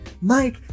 Mike